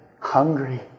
hungry